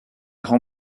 grand